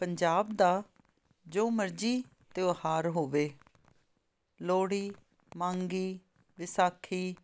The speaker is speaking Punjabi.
ਪੰਜਾਬ ਦਾ ਜੋ ਮਰਜ਼ੀ ਤਿਉਹਾਰ ਹੋਵੇ ਲੋਹੜੀ ਮਾਘੀ ਵਿਸਾਖੀ